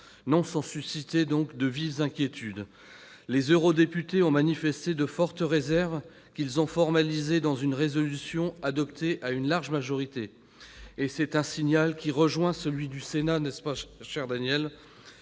non sans susciter de vives inquiétudes. Les eurodéputés ont manifesté de fortes réserves, qu'ils ont formalisées dans une résolution adoptée à une large majorité. C'est un signal qui rejoint, monsieur Gremillet, celui